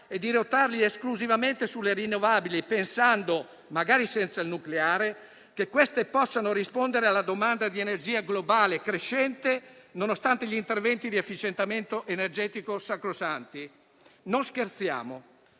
e dirottarli esclusivamente sulle rinnovabili pensando, magari senza il nucleare, che queste possano rispondere alla domanda di energia globale, crescente nonostante i sacrosanti interventi di efficientamento energetico? Non scherziamo,